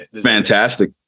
fantastic